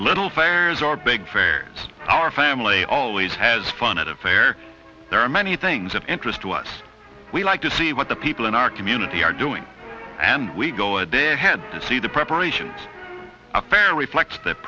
little fires are big our family always has fun at the fair there are many things of interest to us we like to see what the people in our community are doing and we go a day ahead to see the preparation fair reflects th